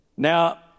Now